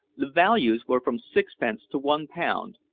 the values were from sixpence to one pound,